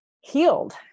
healed